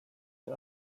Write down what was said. the